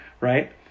right